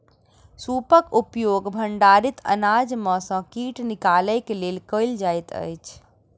सूपक उपयोग भंडारित अनाज में सॅ कीट निकालय लेल कयल जाइत अछि